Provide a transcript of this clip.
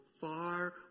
far